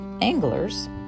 anglers